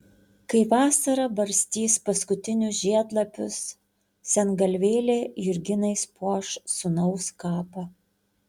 kai vasara barstys paskutinius žiedlapius sengalvėlė jurginais puoš sūnaus kapą